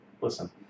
Listen